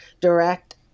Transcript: direct